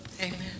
Amen